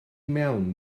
mewn